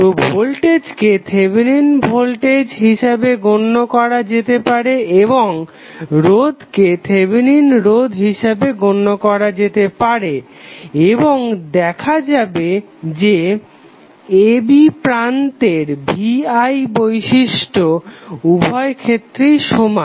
তো ভোল্টেজকে Thevenin voltage হিসাবে গণ্য করা যেতে পারে এবং রোধকে থেভেনিন রোধ হসাবে গণ্য করা যেতে পারে এবং দেখা যাবে যে a b প্রান্তের VI বৈশিষ্ট্য উভয় ক্ষেত্রেই সমান